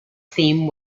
theme